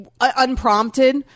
unprompted